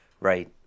right